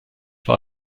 war